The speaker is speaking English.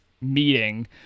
meeting